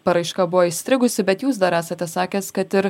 paraiška buvo įstrigusi bet jūs dar esate sakęs kad ir